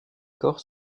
corps